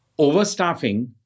overstaffing